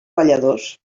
balladors